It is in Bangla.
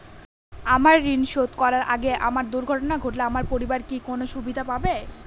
আমার ঋণ শোধ করার আগে আমার দুর্ঘটনা ঘটলে আমার পরিবার কি কোনো সুবিধে পাবে?